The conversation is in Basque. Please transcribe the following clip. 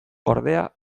ordea